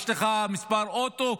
יש לך מספר אוטו?